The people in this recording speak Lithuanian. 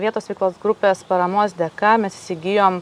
vietos veiklos grupės paramos dėka mes įsigijom